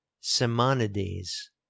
Simonides